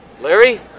Larry